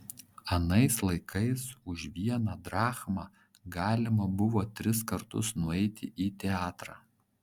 anais laikais už vieną drachmą galima buvo tris kartus nueiti į teatrą